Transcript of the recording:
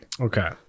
Okay